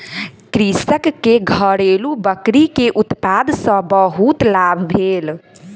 कृषक के घरेलु बकरी के उत्पाद सॅ बहुत लाभ भेल